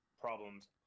problems